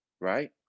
Right